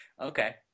Okay